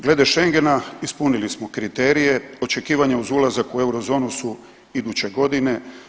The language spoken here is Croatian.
Glede Schengena ispunili smo kriterije, očekivanja uz ulazak u eurozonu su iduće godine.